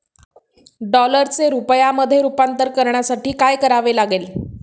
डॉलरचे रुपयामध्ये रूपांतर करण्यासाठी काय करावे लागेल?